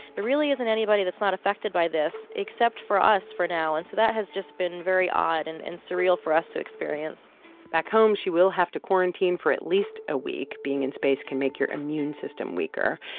there really isn't anybody that's not affected by this except for us for now. and so that has just been very odd and and surreal for us to experience back home, she will have to quarantine for at least a week. being in space can make your immune system weaker.